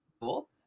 cool